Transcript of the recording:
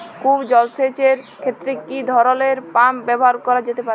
কূপ জলসেচ এর ক্ষেত্রে কি ধরনের পাম্প ব্যবহার করা যেতে পারে?